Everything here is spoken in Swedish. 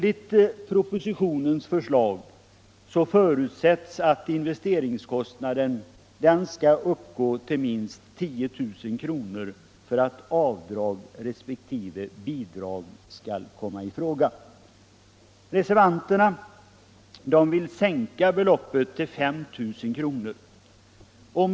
I propositionens förslag förutsätts att investeringskostnaden skall uppgå till minst 10 000 kr. för att avdrag resp. bidrag skall komma i fråga. Reservanterna vill sänka det beloppet till 5 000 kr.